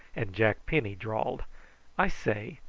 and jack penny drawled i say,